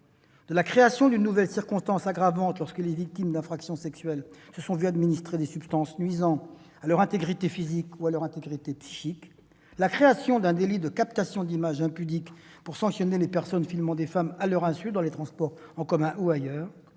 ; la création d'une nouvelle circonstance aggravante lorsque les victimes d'infractions sexuelles se sont vu administrer des substances nuisant à leur intégrité physique ou psychique ; la création d'un délit de captation d'images impudiques pour sanctionner les personnes filmant les femmes à leur insu dans les transports en commun ou ailleurs.